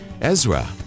Ezra